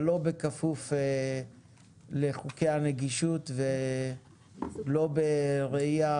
אבל לא בכפוף לחוקי הנגישות ולא בראייה